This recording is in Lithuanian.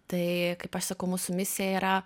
tai kaip aš sakau mūsų misija yra